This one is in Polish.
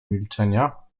milczenia